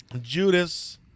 Judas